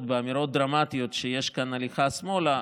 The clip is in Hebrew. באמירות דרמטיות שיש כאן הליכה שמאלה,